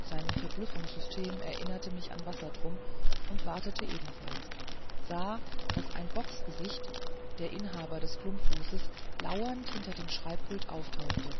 sein verblüffungssystem erinnerte mich an wassertrum und wartete ebenfalls sah daß ein bocksgesicht der inhaber des klumpfußes lauernd hinter dem schreibpulte auftauchte